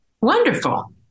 Wonderful